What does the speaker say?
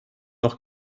noch